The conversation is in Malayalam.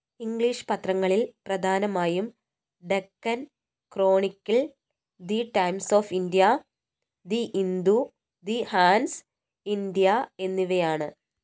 ഇംഗ്ലീഷ് പത്രങ്ങളിൽ പ്രധാനമായും Deccan Chronicle the Times of India the Hindu the Hans India എന്നിവയാണ്